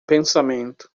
pensamento